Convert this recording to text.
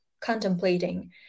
contemplating